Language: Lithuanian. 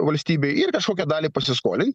valstybei ir kažkokią dalį pasiskolint